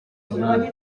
umunani